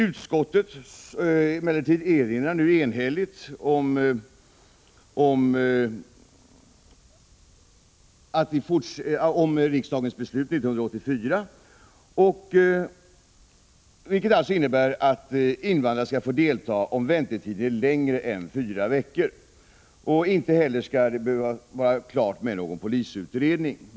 Utskottet erinrar nu emellertid enhälligt om riksdagens beslut 1984, vilket alltså innebär att invandrare skall få delta i svenskundervisning om väntetiden blir längre än fyra veckor. Inte heller skall någon polisutredning behöva vara klar.